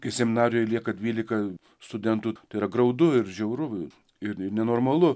kai seminarijoj lieka dvylika studentų tai yra graudu ir žiauru ir ir nenormalu